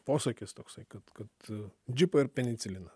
posakis toksai kad kad džipą ir peniciliną